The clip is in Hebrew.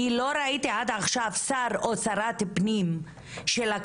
אני לא ראיתי עד עכשיו שר או שרת פנים שלקחו